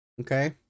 Okay